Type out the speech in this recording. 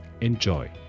Enjoy